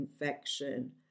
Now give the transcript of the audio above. infection